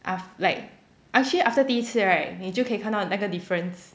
af~ like actually after 第一次 right 你就可以看到那个 difference